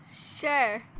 Sure